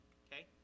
okay